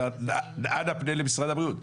אנא פנה למשרד הבריאות",